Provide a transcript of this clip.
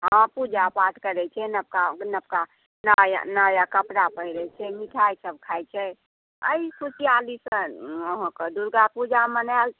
हाँ पूजा पाठ करै छै नवका नया कपड़ा पहिरै छै नीक मिठाई सभ खाइ छै एहि खुशहालीसँ अहाँके दुर्गा पूजा मनायल